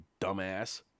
dumbass